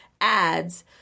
ads